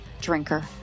Drinker